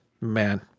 man